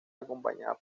acompañada